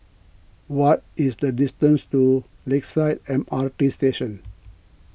what is the distance to Lakeside M R T Station